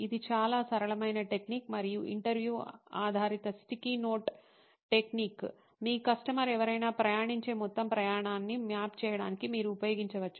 ఇది చాలా సరళమైన టెక్నిక్ మరియు ఇంటర్వ్యూ ఆధారిత స్టిక్కీ నోట్ టెక్నిక్ మీ కస్టమర్ ఎవరైనా ప్రయాణించే మొత్తం ప్రయాణాన్ని మ్యాప్ చేయడానికి మీరు ఉపయోగించవచ్చు